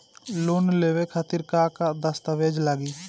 Loan लेवे खातिर का का दस्तावेज लागी?